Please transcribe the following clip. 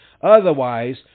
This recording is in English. Otherwise